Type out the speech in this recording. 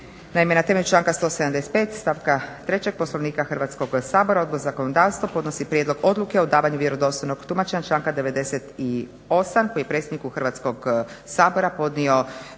Naime, na temelju članka 175. stavka 3. Poslovnika Hrvatskog sabora Odbor za zakonodavstvo podnosi prijedlog Odluke o davanju vjerodostojnog tumačenja članka 98. koji je predsjedniku Hrvatskog sabora podnio